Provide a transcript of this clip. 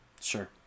sure